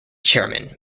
chairman